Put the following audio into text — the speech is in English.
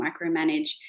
micromanage